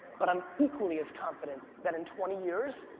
but i'm equally as confident that in twenty years,